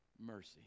Mercy